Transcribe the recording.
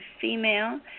female